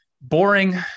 boring